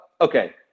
okay